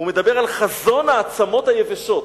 הוא מדבר על חזון העצמות היבשות,